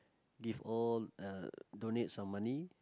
give all uh donate some money